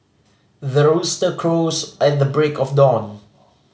the rooster crows at the break of dawn